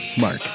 Mark